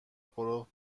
پرو